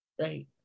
Right